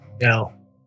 No